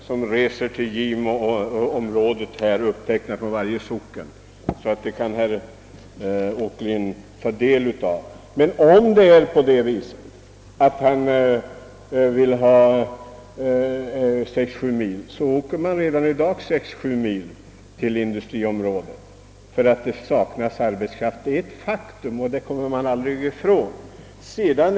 Jag har en förteckning från varje socken på de arbetare som reser till Gimo-området, och den kan herr Åkerlind få ta del av. Redan i dag åker man 6—7 mil till industriområden emedan det där saknas arbetskraft. Det är ett faktum och det kommer man aldrig ifrån.